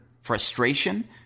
Frustration